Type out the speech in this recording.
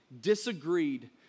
disagreed